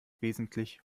wesentlich